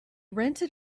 rented